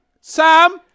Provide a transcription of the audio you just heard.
Sam